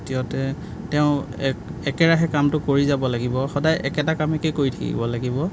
দ্বিতীয়তে তেওঁ একে একেৰাহে কামটো কৰি যাব লাগিব সদায় একেটা কামকেই কৰি থাকিব লাগিব